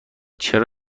چرا